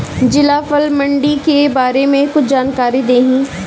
जिला फल मंडी के बारे में कुछ जानकारी देहीं?